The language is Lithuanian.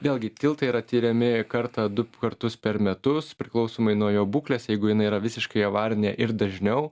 vėlgi tiltai yra tiriami kartą du kartus per metus priklausomai nuo jo būklės jeigu jinai yra visiškai avarinė ir dažniau